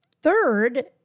third